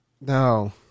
No